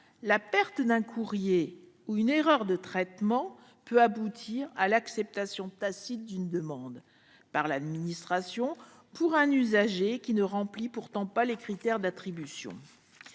la perte d'un courrier ou une erreur de traitement aboutit à l'acceptation tacite d'une demande par l'administration, même si l'usager ne remplit pas les critères d'attribution.